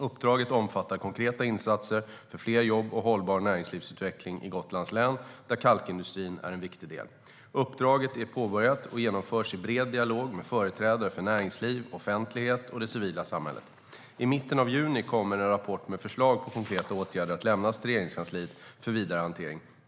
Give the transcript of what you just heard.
Uppdraget omfattar konkreta insatser för fler jobb och hållbar näringslivsutveckling i Gotlands län där kalkindustrin är en viktig del. Uppdraget är påbörjat och genomförs i bred dialog med företrädare för näringsliv, offentlighet och det civila samhället. I mitten av juni kommer en rapport med förslag på konkreta åtgärder att lämnas till Regeringskansliet för vidare hantering.